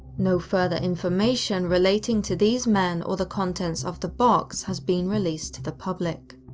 no further information relating to these men or the contents of the box has been released to the public.